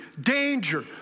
danger